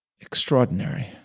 extraordinary